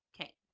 Okay